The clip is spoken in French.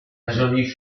jolie